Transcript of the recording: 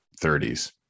30s